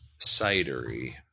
Cidery